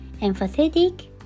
empathetic